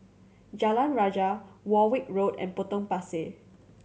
Jalan Rajah Warwick Road and Potong Pasir